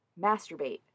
masturbate